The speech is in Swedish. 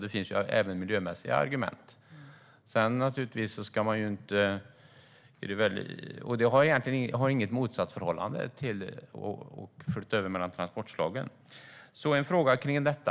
Det finns även miljömässiga argument. Det finns inget motsatsförhållande när det gäller att flytta över mellan transportslagen. Min fråga gäller alltså detta.